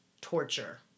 Torture